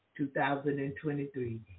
2023